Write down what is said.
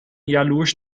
jaloers